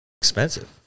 expensive